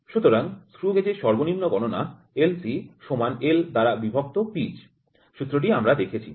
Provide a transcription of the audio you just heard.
সুতরাং স্ক্রু গেজের সর্বনিম্ন গণনা LC সমান L দ্বারা বিভক্ত পিচ সূত্রটি আমরা দেখেছি